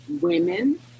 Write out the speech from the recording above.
women